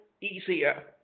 easier